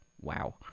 wow